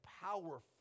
powerful